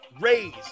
raise